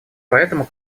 поэтому